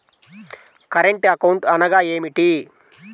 Current account అనగా ఏమిటి?